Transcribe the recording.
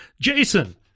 Jason